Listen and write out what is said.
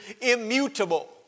immutable